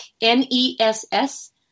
N-E-S-S